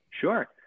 Sure